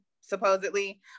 supposedly